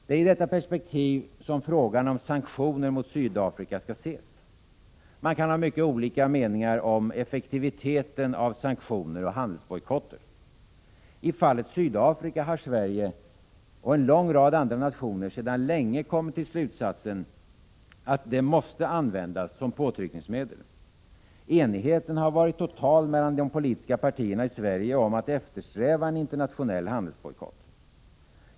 Det är i detta perspektiv som frågan om sanktioner mot Sydafrika skall ses. Man kan ha mycket olika meningar om effektiviteten av sanktioner och handelsbojkotter. I fallet Sydafrika har Sverige och en lång rad andra nationer sedan länge kommit till slutsatsen, att dylika åtgärder måste användas som påtryckningsmedel. Enigheten har varit total mellan de politiska partierna i Sverige om att eftersträva en internationell handelsbojkott.